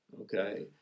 okay